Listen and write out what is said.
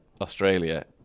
Australia